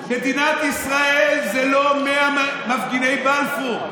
מדינת ישראל זה לא 100 מפגיני בלפור,